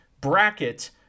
bracket